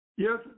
Yes